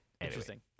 Interesting